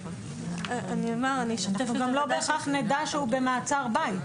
גם לא בהכרח נדע שהוא במעצר בית.